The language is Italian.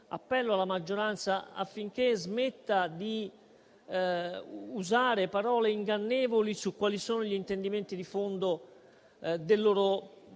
appello alla maggioranza, affinché smetta di usare parole ingannevoli su quali siano gli intendimenti di fondo del suo